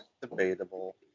Debatable